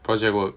project work